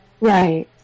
Right